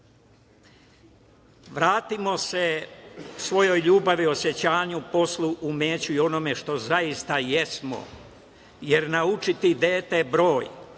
vratimo se svojoj ljubavi, osećanju, poslu i umeću i onome što zaista jesmo, jer naučiti dete broj,